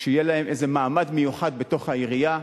מעמד מיוחד בתוך העירייה.